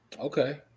Okay